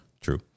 True